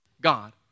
God